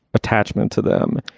attachment to them.